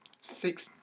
Six